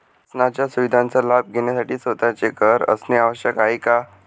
शासनाच्या सुविधांचा लाभ घेण्यासाठी स्वतःचे घर असणे आवश्यक आहे का?